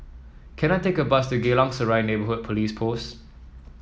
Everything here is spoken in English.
can I take a bus to Geylang Serai Neighbourhood Police Post